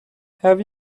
have